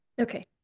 Okay